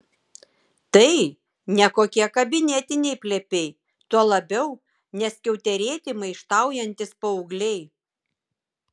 tai ne kokie kabinetiniai plepiai tuo labiau ne skiauterėti maištaujantys paaugliai